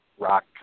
rock